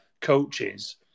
coaches